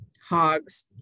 hogs